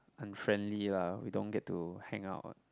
unfriendly lah we don't get to hang out